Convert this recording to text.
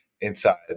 inside